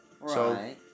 Right